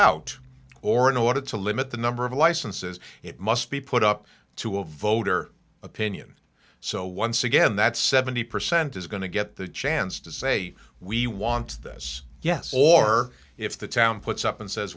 out or in order to limit the number of licenses it must be put up to a voter opinion so once again that seventy percent is going to get the chance to say we want this yes or if the town puts up and says